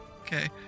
Okay